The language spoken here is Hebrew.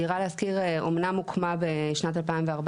דירה להשכיר אמנם הוקמה בשנת 2014,